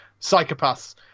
psychopaths